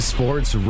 Sports